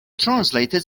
translated